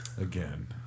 Again